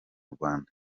rwanda